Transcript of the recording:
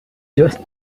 just